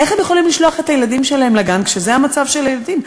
איך הם יכולים לשלוח את הילדים שלהם לגן כשזה המצב של הילדים?